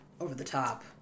Over-the-top